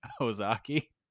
Ozaki